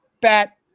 bat